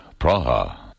Praha